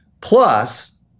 Plus